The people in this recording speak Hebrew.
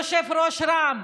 יושב-ראש רע"ם,